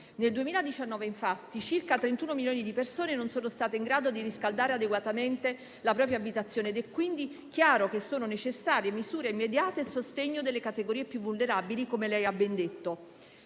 Nel 2019, infatti, circa 31 milioni di persone non sono state in grado di riscaldare adeguatamente la propria abitazione ed è quindi chiaro che sono necessarie misure immediate a sostegno delle categorie più vulnerabili, come lei ha ben detto,